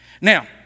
now